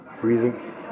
Breathing